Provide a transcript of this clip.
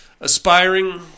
aspiring